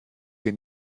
wir